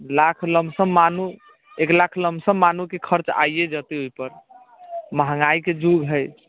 lakh lump sum मानू एक lakh lump sum मानू कि खर्च आइए जेतै ओहिपर महँगाइके युग हइ